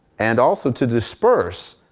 and also to disperse,